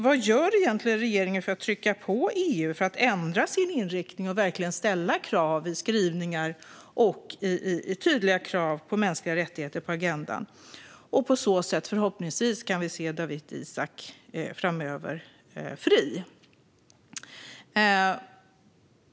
Vag gör egentligen regeringen för att trycka på för att EU ska ändra sin inriktning och ställa krav vid skrivningar för att sätta tydliga krav på mänskliga rättigheter på agendan? På så sätt kan vi framöver förhoppningsvis se Dawit Isaak fri.